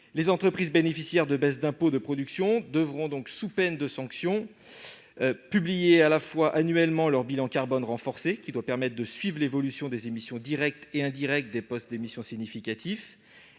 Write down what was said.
Les entreprises bénéficiaires de baisses d'impôt de production devraient ainsi, sous peine de sanctions, publier annuellement leur bilan carbone renforcé, qui doit permettre de suivre l'évolution des émissions directes et indirectes pour les postes d'émission significatifs,